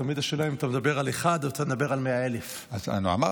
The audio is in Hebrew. תמיד השאלה אם אתה מדבר על אחד או אתה מדבר על 100,000. אז אמרנו,